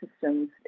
systems